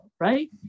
Right